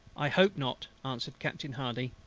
i hope not, answered captain hardy.